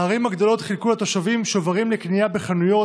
הערים הגדולות חילקו לתושבים שוברים לקנייה בחנויות,